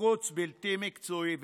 לחוץ, בלתי מקצועי ומזיע.